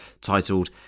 titled